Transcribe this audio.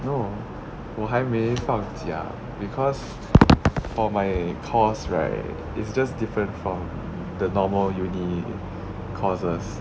no 我还没放假 because for my course right it's just different from the normal uni courses